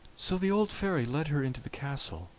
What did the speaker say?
so the old fairy led her into the castle,